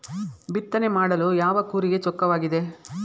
ಬಿತ್ತನೆ ಮಾಡಲು ಯಾವ ಕೂರಿಗೆ ಚೊಕ್ಕವಾಗಿದೆ?